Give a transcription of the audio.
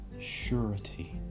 surety